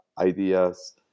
ideas